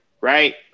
Right